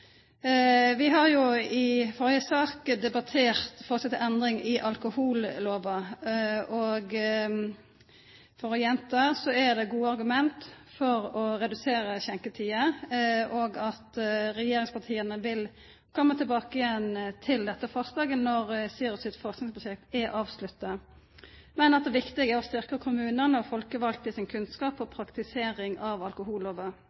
Vi har i førre saka debattert forslag til endring i alkohollova, og, for å gjenta, det er gode argument for å redusera skjenkjetider, og regjeringspartia vil komma tilbake til dette forslaget når SIRUS sitt forskingsprosjekt er avslutta, men det viktige er å styrkja kommunane og folkevalde sin kunnskap og praktisering av alkohollova.